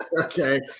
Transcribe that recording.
Okay